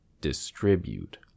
distribute